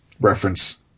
reference